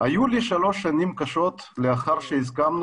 היו לי שלוש שנים קשות לאחר שהסכמנו